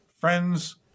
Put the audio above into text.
friends